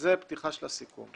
זו פתיחה של הסיכום.